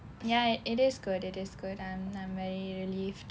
ya it is good it is good I'm I'm very relieved